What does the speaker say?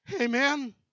Amen